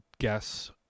guess